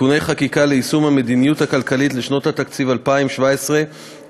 (תיקוני חקיקה ליישום המדיניות הכלכלית לשנות התקציב 2017 ו-2018),